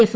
F